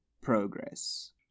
progress